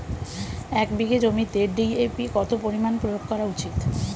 এক বিঘে জমিতে ডি.এ.পি কত পরিমাণ প্রয়োগ করা উচিৎ?